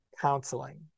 counseling